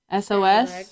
SOS